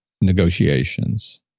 negotiations